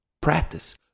Practice